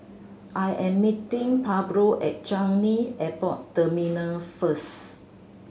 I am meeting Pablo at Changi Airport Terminal first